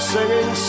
Singing